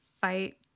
fight